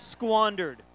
squandered